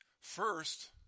First